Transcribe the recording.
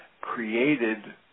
created